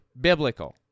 biblical